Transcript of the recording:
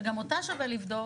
שגם אותה שווה לבדוק,